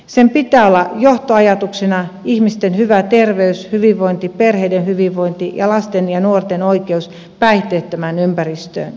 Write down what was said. johtoajatuksena pitää olla ihmisten hyvä terveys hyvinvointi perheiden hyvinvointi ja lasten ja nuorten oikeus päihteettömään ympäristöön